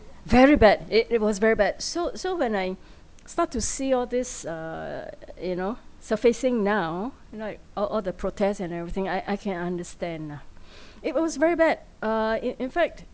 very bad it it was very bad so so when I start to see all this uh you know surfacing now you know like all all the protest and everything I I can understand nah it was very bad uh in in fact